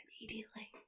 immediately